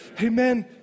Amen